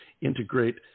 integrate